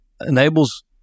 enables